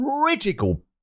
critical